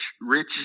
rich